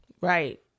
right